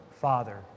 Father